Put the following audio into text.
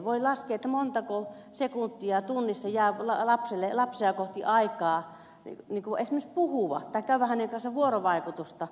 voi laskea montako sekuntia tunnissa jää lasta kohti aikaa esimerkiksi puhua tai käydä hänen kanssaan vuorovaikutusta